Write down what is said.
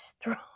strong